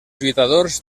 lluitadors